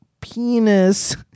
penis